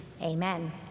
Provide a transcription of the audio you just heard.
Amen